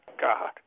God